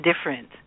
different